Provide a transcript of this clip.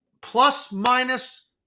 plus-minus